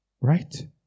Right